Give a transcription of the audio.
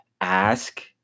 ask